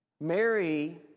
Mary